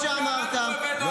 שר המורשת, ציטטתי, ציטטתי.